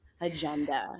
agenda